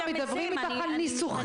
בוקר טוב, גברתי, וכל הנוכחים,